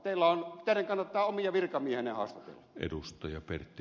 teidän kannattaa omia virkamiehiänne haastatella